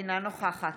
אינה נוכחת